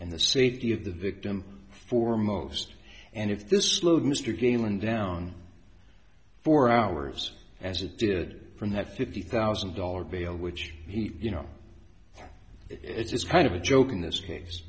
and the safety of the victim foremost and if this slowed mr galen down four hours as it did from that fifty thousand dollars bail which he you know it's kind of a joke in this case